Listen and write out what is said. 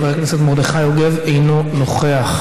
חבר הכנסת חבר הכנסת מרדכי יוגב, אינו נוכח.